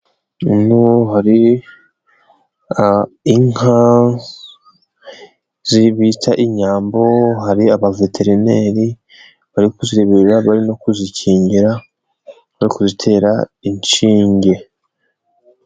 Hano hari inka bita inyambo, hari abaveterineri bari kuzirebera, bari kuzikingira, no kuzitera inshinge.